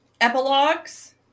epilogues